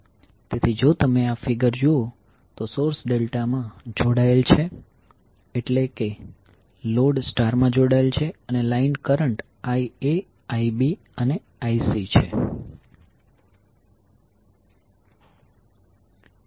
તેથી જો તમે આ ફિગર જુઓ તો સોર્સ ડેલ્ટા માં જોડાયેલ છે એટલે કે લોડ સ્ટારમાં જોડાયેલ છે અને લાઈન કરંટ Ia Ib અને Icછે